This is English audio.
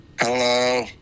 Hello